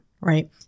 right